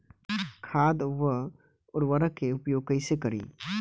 खाद व उर्वरक के उपयोग कईसे करी?